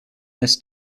this